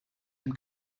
dem